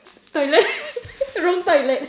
toilet wrong toilet